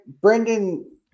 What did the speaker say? Brendan